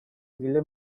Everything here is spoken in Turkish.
ilgili